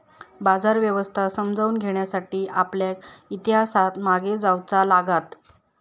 बाजार व्यवस्था समजावून घेण्यासाठी आपल्याक इतिहासात मागे जाऊचा लागात